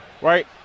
right